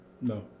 No